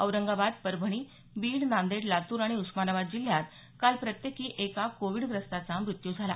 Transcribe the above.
औरंगाबाद परभणी बीड नांदेड लातूर आणि उस्मानाबाद जिल्ह्यात काल प्रत्येकी एका कोविडग्रस्ताचा मृत्यू झाला